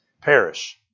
perish